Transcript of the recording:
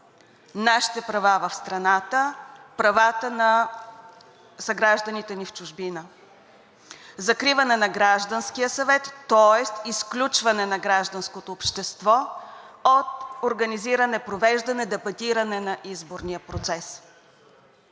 нашите права в страната, правата на съгражданите ни в чужбина, закриване на Гражданския съвет, тоест изключване на гражданското общество от организиране, провеждане, дебатиране на изборния процес.